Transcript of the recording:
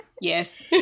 yes